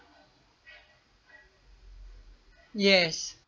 yes